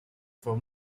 for